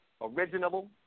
original